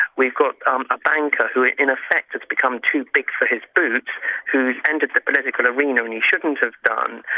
we've got um a banker who in effect has become too big for his boots who's entered the political arena and he shouldn't have done.